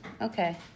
Okay